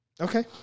Okay